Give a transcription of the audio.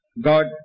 God